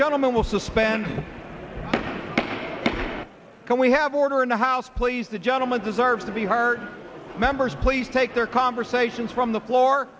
gentleman will suspend can we have order in the house please the gentleman deserves to be heard members please take their conversations from the floor